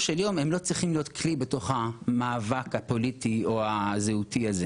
של יום לא צריכים להיות כלי במאבק הפוליטי או הזהותי הזה.